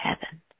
heaven